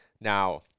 Now